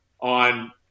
On